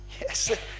Yes